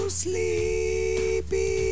sleepy